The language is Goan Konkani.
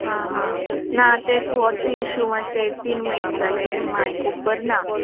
आं हां ना तें होच इश्यू तीन म्हयने जाले मांय खूब बरें ना